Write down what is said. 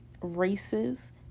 race's